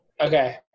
Okay